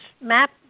map